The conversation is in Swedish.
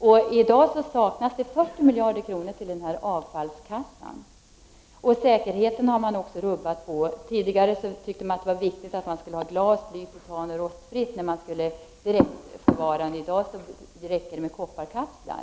I dag saknas det 40 miljarder kronor i den avfallskassan. Säkerheten har man också rubbat. Tidigare tyckte man att det var viktigt att man skulle ha glas, bly, titan och rostfritt när man skulle förvara det högaktiva avfallet; i dag räcker det med kopparkapslar.